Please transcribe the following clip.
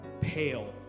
pale